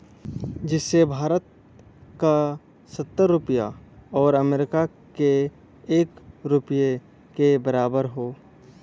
जइसे भारत क सत्तर रुपिया आउर अमरीका के एक रुपिया के बराबर हौ